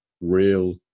real